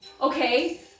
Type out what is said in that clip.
okay